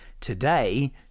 Today